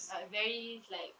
uh very it's very